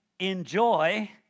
enjoy